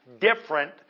different